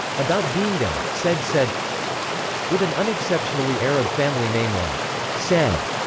about being there, said said with an unexceptionally arab family name like said,